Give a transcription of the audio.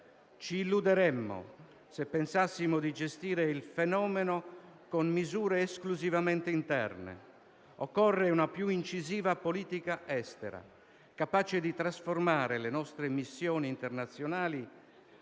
Ci illuderemmo, se pensassimo di gestire il fenomeno con misure esclusivamente interne. Occorre una più incisiva politica estera, capace di trasformare le nostre missioni internazionali